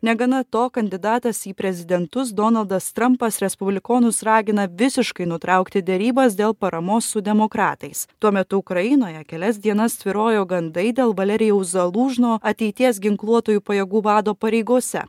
negana to kandidatas į prezidentus donaldas trampas respublikonus ragina visiškai nutraukti derybas dėl paramos su demokratais tuo metu ukrainoje kelias dienas tvyrojo gandai dėl valerijaus zalužno ateities ginkluotųjų pajėgų vado pareigose